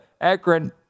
Akron